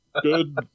good